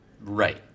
Right